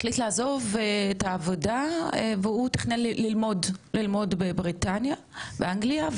החליט לעזוב את העבודה והוא תכנן ללמוד בבריטניה באנגליה,